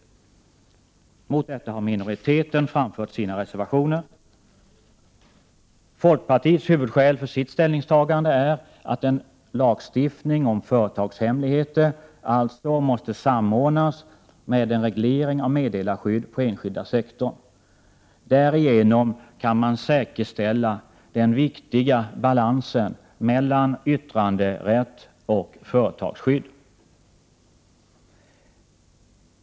Mot detta har minoriteten framfört sina reservationer. Folkpartiets huvudskäl för sitt ställningstagande är att en lagstiftning om företagshemligheter måste samordnas med en reglering av meddelarskydd på enskilda sektorn. Därigenom kan man säkerställa den viktiga balansen mellan yttranderätt och företagsskydd.